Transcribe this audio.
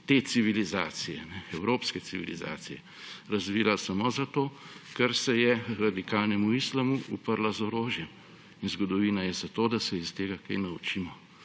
te civilizacije, evropske civilizacije, razvila samo zato, ker se je radikalnemu islamu uprla z orožjem. In zgodovina je zato, da se iz tega kaj naučimo.